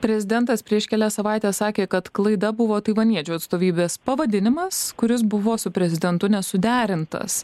prezidentas prieš kelias savaites sakė kad klaida buvo taivaniečių atstovybės pavadinimas kuris buvo su prezidentu nesuderintas